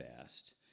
fast